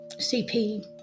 CP